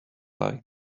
like